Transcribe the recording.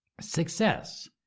Success